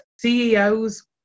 CEOs